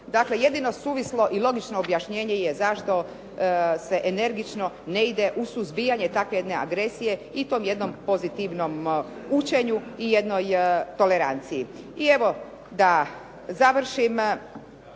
jedino suvislo i logično objašnjenje je zašto se energično ne ide u suzbijanje takve jedne agresije i tom jednom pozitivnom učenju i jednoj toleranciji. I evo, da završim,